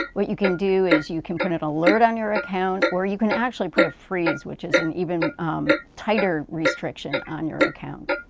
what you can do is, you can put on alert on your account or you can actually put a freeze which is an even tighter restriction on your account.